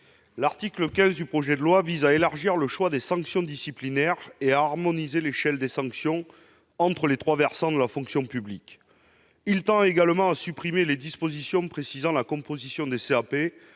L'article 15 élargit le choix des sanctions disciplinaires et harmonise l'échelle des sanctions entre les trois versants de la fonction publique. Il supprime également les dispositions précisant la composition des CAP